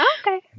Okay